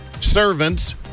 servants